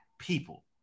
People